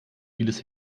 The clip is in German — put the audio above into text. vieles